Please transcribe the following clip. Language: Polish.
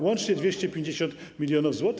Łącznie 250 mln zł.